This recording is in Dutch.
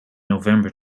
november